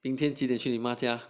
明天几点去你妈家